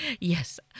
Yes